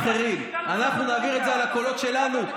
והחיילים יקבלו את הכסף בהחלטת ממשלה נפרדת,